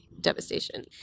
devastation